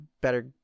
better